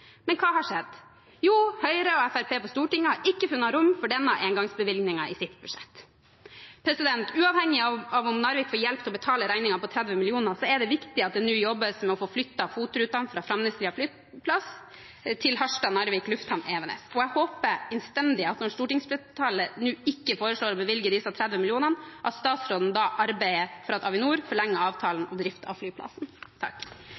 Men hva har skjedd? Jo, Høyre og Fremskrittspartiet på Stortinget har ikke funnet rom for denne engangsbevilgningen i sitt budsjett. Uavhengig av om Narvik får hjelp til å betale regningen på 30 mill. kr, er det viktig at det nå jobbes med å få flyttet FOT-rutene fra Framneslia flyplass til Harstad/Narvik lufthavn, Evenes. Jeg håper innstendig når stortingsflertallet nå ikke foreslår å bevilge disse 30 millionene, at statsråden da arbeider for at Avinor forlenger avtalen om drift av flyplassen.